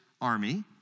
army